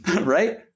right